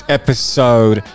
episode